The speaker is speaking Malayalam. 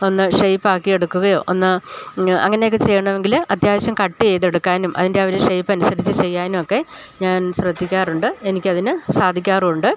ഒന്ന് ഷെയ്പ്പാക്കി എടുക്കുകയോ ഒന്ന് അങ്ങനെയൊക്ക ചെയ്യണം എങ്കിൽ അത്യാവശ്യം കട്ട് ചെയ്ത് എടുക്കാനും അതിൻ്റെ ആ ഒരു ഷേപ്പൻസരിച്ച് ചെയ്യാനൊക്കെ ഞാൻ ശ്രദ്ധിക്കാറുണ്ട് എനിക്ക് അതിന് സാധിക്കാറുണ്ട്